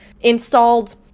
installed